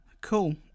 cool